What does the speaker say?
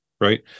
right